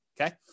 okay